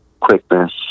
quickness